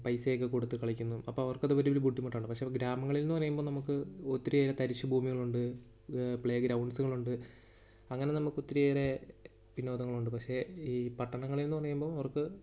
പൈസയൊക്കെ കൊടുത്ത് കളിക്കുന്നു അപ്പോൾ അവർക്കത് വലിയൊരു ബുദ്ധിമുട്ടാണ് പക്ഷെ ഗ്രാമങ്ങളിൽ എന്നു പറയുമ്പോൾ നമുക്ക് ഒത്തിരിയേറെ തരിശ്ശു ഭൂമികളുണ്ട് പ്ലേ ഗ്രൗണ്ട്സ്കളുണ്ട് അങ്ങനെ നമുക്കൊത്തിരിയേറെ വിനോദങ്ങളുണ്ട് പക്ഷെ ഈ പട്ടണങ്ങളിൽ എന്നു പറയുമ്പോൾ അവർക്ക്